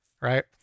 right